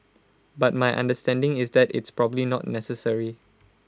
but my understanding is that it's probably not necessary